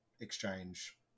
exchange